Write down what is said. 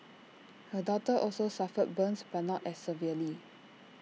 her daughter also suffered burns but not as severely